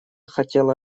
хотела